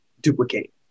duplicate